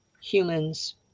humans